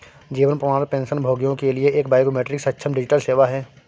जीवन प्रमाण पेंशनभोगियों के लिए एक बायोमेट्रिक सक्षम डिजिटल सेवा है